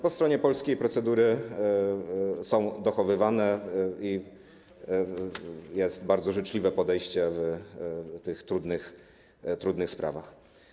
Po stronie polskiej procedury są dochowywane i jest bardzo życzliwe podejście w tych trudnych sprawach.